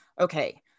Okay